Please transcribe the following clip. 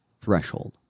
threshold